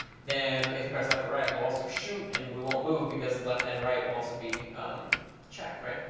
then if you press left or right we'll also shoot and we won't move because left and right will also be checked, right?